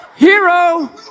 hero